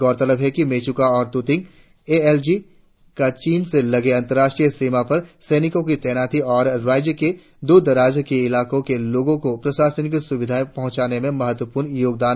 गौरतलब है कि मेचुका और तुतिंग ए एल जी का चीन से लगे अंतर्राष्ट्रीय सीमा पर सैनिको की तैनाती और राज्य के दूरदराज के हलाकों के लोगों को प्रशासनिक सतिधा पडंचाने में महत्वपूर्ण रोगदान है